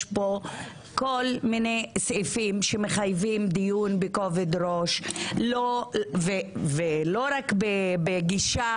בו כל מיני סעיפים שמחייבים דיון בכובד ראש ולא רק בגישה